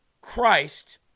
Christ